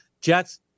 jets